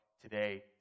today